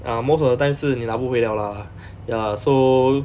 ya most of the time 是你拿不回 liao lah ya so